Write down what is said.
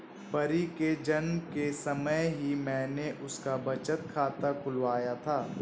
परी के जन्म के समय ही मैने उसका बचत खाता खुलवाया था